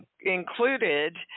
included